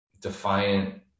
defiant